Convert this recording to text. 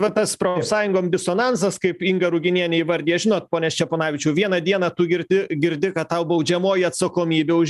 va tas profsąjungom disonansas kaip inga ruginienė įvardija žinot pone ščeponavičiau vieną dieną tu girdi girdi kad tau baudžiamoji atsakomybė už